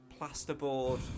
plasterboard